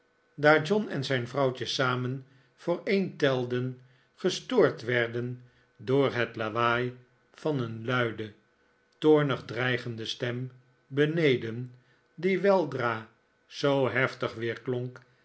en zijn vrouwtje samen voor een telden gestoord werden door het lawaai van een luide toornig dreigende stem beneden die weldra zoo heftig weerklonk